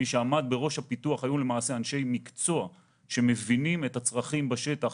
מי שעמד בראש הפיתוח היו למעשה אנשי מקצוע שמבינים את הצרכים בשטח,